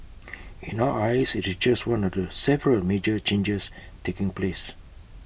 in our eyes IT is just one of the several major changes taking place